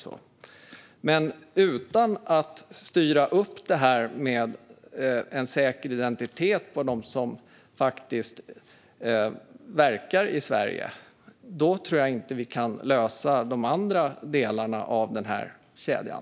Om man inte styr upp att det finns en säker identitet på dem som verkar i Sverige kan vi nog inte lösa de andra delarna i kedjan.